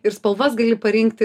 ir spalvas gali parinkti